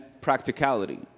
practicality